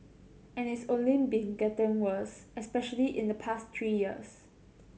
and it's only been getting worse especially in the past three years